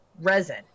resin